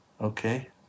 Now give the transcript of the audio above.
okay